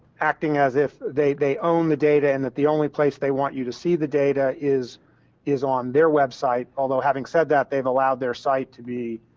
acting as, if they they own the data, and that the only place, they want you to see the data, is is on their website. although having said that, they've allowed their site to be